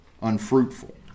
unfruitful